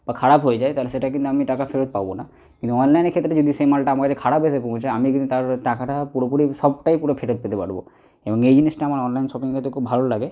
বা খারাপ হয়ে যায় তাহলে সেটা কিন্তু আমি টাকা ফেরত পাবো না কিন্তু অনলাইনের ক্ষেত্রে যদি সেই মালটা আমার কাছে খারাপ এসে পৌঁছয় আমি কিন্তু তার টাকাটা পুরোপুরি সবটাই পুরো ফেরত পেতে পারব এবং এই জিনিসটা আমার অনলাইন শপিংয়ের ক্ষেত্রে খুব ভালো লাগে